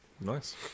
nice